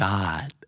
God